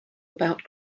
about